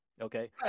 Okay